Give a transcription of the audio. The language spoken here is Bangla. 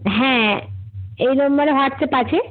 হ্যাঁ এই নম্বরে হোয়াটসঅ্যাপ আছে